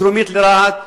דרומית לרהט.